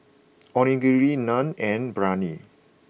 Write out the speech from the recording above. Onigiri Naan and Biryani